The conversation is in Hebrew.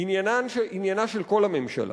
עניינה של כל הממשלה,